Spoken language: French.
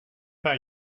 pas